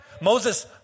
Moses